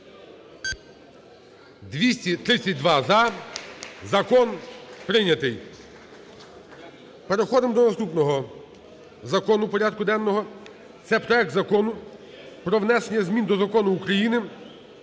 За-232 Закон прийнятий. (Оплески) Переходимо до наступного закону порядку денного. Це проект Закону про внесення змін до Закону України